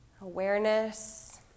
awareness